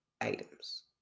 Items